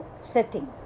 setting